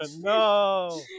No